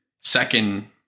second